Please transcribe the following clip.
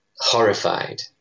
horrified